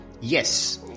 Yes